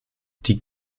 die